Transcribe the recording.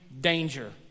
danger